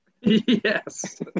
yes